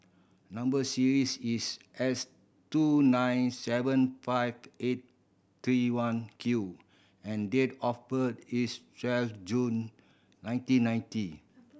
number series is S two nine seven five eight three one Q and date of birth is twelve June nineteen ninety